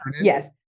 Yes